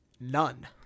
None